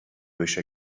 wish